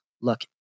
Look